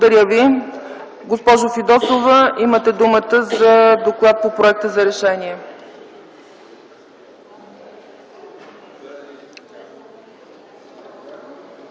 е прието. Госпожо Фидосова, имате думата за доклад по проекта за решение.